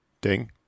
Ding